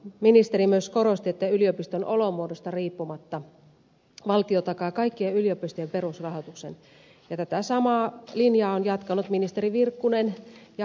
ministeri myös korosti että yliopiston olomuodosta riippumatta valtio takaa kaikkien yliopistojen perusrahoituksen ja tätä samaa linjaa ovat jatkaneet ministeri virkkunen ja hallituskumppanit